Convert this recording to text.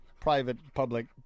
private-public